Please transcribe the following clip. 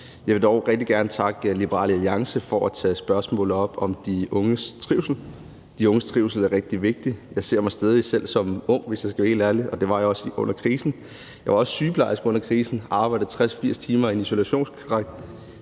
Jeg vil dog rigtig gerne takke Liberal Alliance for at tage spørgsmålet om de unges trivsel op. De unges trivsel er rigtig vigtig. Jeg ser stadig mig selv som ung, hvis jeg skal være helt ærlig, det var jeg også under krisen. Jeg var også sygeplejerske under krisen og arbejdede 60-80 timer i en isolationsdragt,